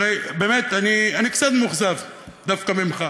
באמת אני קצת מאוכזב דווקא ממך,